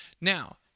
Now